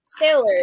sailors